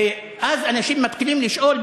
ואז אנשים מתחילים לשאול,